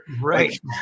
Right